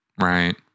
Right